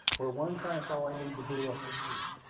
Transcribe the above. where one clamp is all i need to glue up this piece.